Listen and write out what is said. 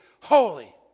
holy